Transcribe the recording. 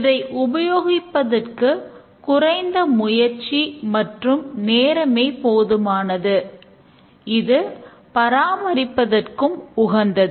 இதை உபயோகிப்பதற்கு குறைந்த முயற்சி மற்றும் நேரமே போதுமானது இது பராமரிப்பதற்கும் உகந்தது